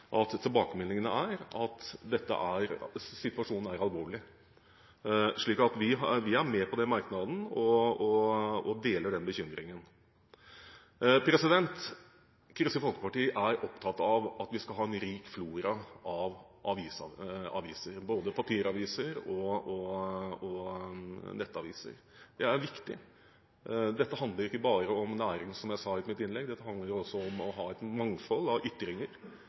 er tilbakemeldingene at situasjonen er alvorlig. Derfor er vi med på den merknaden og deler den bekymringen. Kristelig Folkeparti er opptatt av at vi skal ha en rik flora av aviser, både papiraviser og nettaviser. Det er viktig. Dette handler ikke bare om næring, som jeg sa i mitt innlegg. Dette handler også om å ha et mangold av ytringer,